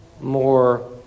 more